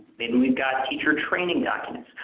maybe we've got teacher training documents.